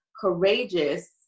courageous